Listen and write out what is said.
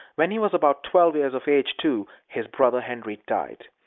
when he was about twelve years of age, too, his brother henry died.